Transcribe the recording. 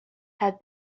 have